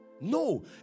no